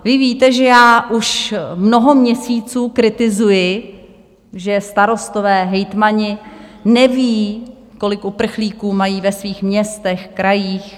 Vy víte, že já už mnoho měsíců kritizuji, že starostové, hejtmani nevědí, kolik uprchlíků mají ve svých městech, krajích.